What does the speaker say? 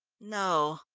no,